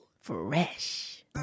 Fresh